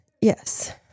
Yes